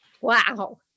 Wow